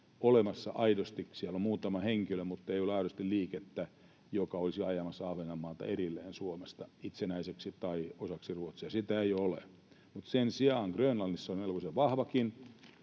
olemassa aidosti — siellä on muutama henkilö — liikettä, joka olisi ajamassa Ahvenanmaata erilleen Suomesta itsenäiseksi tai osaksi Ruotsia, sitä ei ole. Sen sijaan Grönlannissa on melkoisen vahvakin.